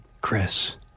Chris